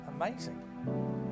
amazing